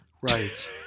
Right